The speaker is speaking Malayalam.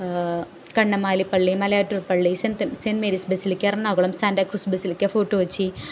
കണ്ണമ്മാലിപ്പള്ളി മലയാറ്റൂർ പള്ളി Saint Mary's basilica Ernakulam Santa Cruz basilica Fort Kochi